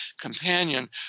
companion